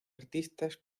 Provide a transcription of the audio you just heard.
artistas